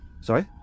Sorry